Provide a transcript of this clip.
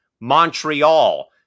Montreal